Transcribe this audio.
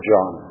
John